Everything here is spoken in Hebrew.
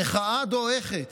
המחאה דועכת.